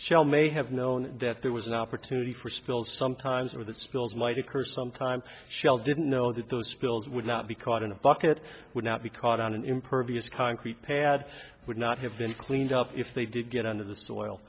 shell may have known that there was an opportunity for spills sometimes with it spills might occur sometime shell didn't know that those skills would not be caught in a bucket would not be caught on an impervious concrete pad would not have been cleaned up if they did get under the soil